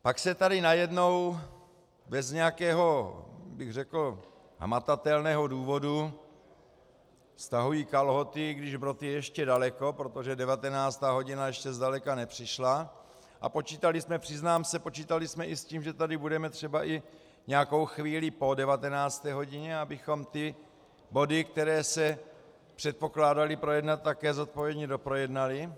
Pak se tady najednou bez nějakého bych řekl hmatatelného důvodu stahují kalhoty, když brod je ještě daleko, protože 19. hodina ještě zdaleka nepřišla, a počítali jsme, přiznám se, počítali jsme i s tím, že tady budeme třeba i nějakou chvíli po 19. hodině, abychom ty body, které se předpokládaly projednat, také zodpovědně doprojednali.